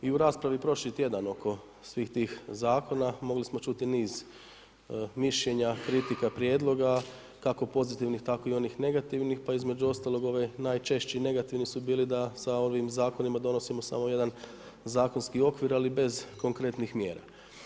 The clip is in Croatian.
I u raspravi prošli tjedan oko svih tih zakona, mogli smo čuti niz mišljenja, kritika prijedloga, kako pozitivnih, tako i onih negativnih, pa između ostalog, ove najčešće negativni su bili da sa ovim zakonima donosimo samo jedan zakonski okvir, ali bez konkretnih mjera.